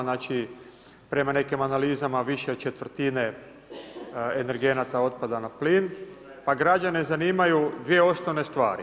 Znači prema nekim analizama više od četvrtine energenata otpada na plin, pa građane zanimaju dvije osnovne stvari.